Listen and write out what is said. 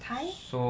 thai